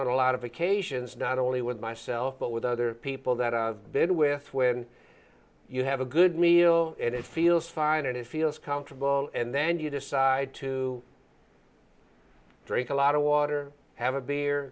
a lot of occasions not only with myself but with other people that i bid with when you have a good meal and it feels fine and it feels comfortable and then you decide to drink a lot of water have a beer